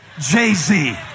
jay-z